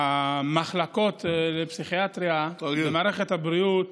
מחלקות הפסיכיאטריה במערכת הבריאות